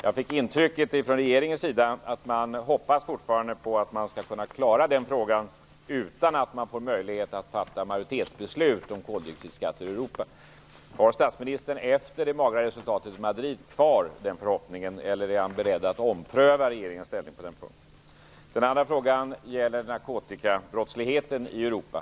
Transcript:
Jag fick intrycket att man från regeringens sida fortfarande hoppas på att kunna klara den frågan utan att få möjlighet att fatta majoritetsbeslut om koldioxidskatter i Europa. Madrid kvar den förhoppningen eller är han beredd att ompröva regeringens inställning på den punkten? Den andra frågan gäller narkotikabrottsligheten i Europa.